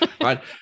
Right